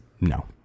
No